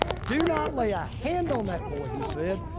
do not lay a hand on that boy, he said.